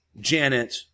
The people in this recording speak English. Janet